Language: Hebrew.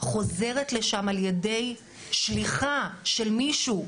חוזרת לשם על ידי שליחה של מישהו,